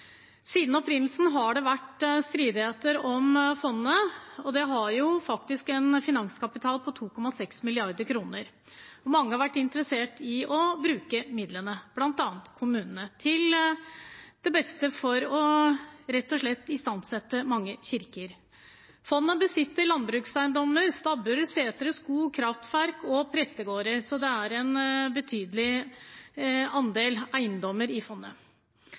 Siden opprinnelsen har det vært stridigheter om fondet. Det har en finanskapital på 2,6 mrd. kr. Mange har vært interessert i å bruke midlene, bl.a. kommunene, til det beste, for rett og slett å sette i stand mange kirker. Fondet besitter landbrukseiendommer, stabbur, setre, skog, kraftverk og prestegårder, så det er en betydelig andel eiendommer i fondet.